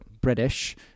British